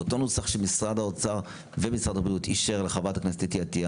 באותו נוסח שמשרד האוצר ומשרד הבריאות אישור לחברת הכנסת אתי עטייה,